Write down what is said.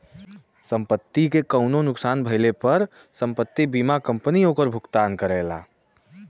संपत्ति के कउनो नुकसान भइले पर संपत्ति बीमा कंपनी ओकर भुगतान करला